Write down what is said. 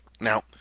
Now